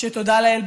שתודה לאל,